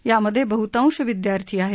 यामधे बहुतांश विद्यार्थी आहेत